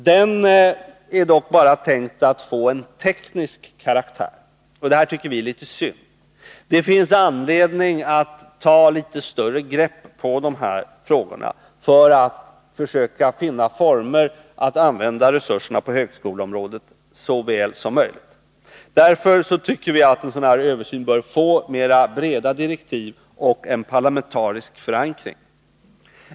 Den översynen har man dock bara tänkt ge en teknisk karaktär. Det tycker vi är litet synd. Det finns anledning att ta ett större grepp på dessa frågor för att försöka finna former att använda resurserna på högskoleområdet så väl som möjligt. Därför bör en sådan här översyn få mera breda direktiv och en parlamentarisk förankring.